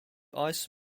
ice